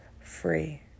Free